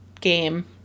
game